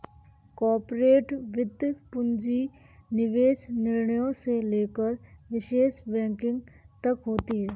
corporate वित्त पूंजी निवेश निर्णयों से लेकर निवेश बैंकिंग तक होती हैं